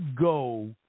go